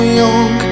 young